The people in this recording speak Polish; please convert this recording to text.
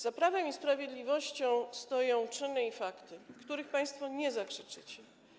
Za Prawem i Sprawiedliwością stoją czyny i fakty, których państwo nie zakrzyczycie.